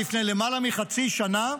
לפני למעלה מחצי שנה,